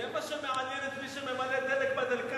זה מה שמעניין את מי שממלא דלק ב"דלקן"?